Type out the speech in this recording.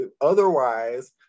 otherwise